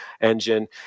engine